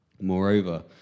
Moreover